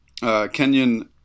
Kenyan